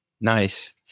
Nice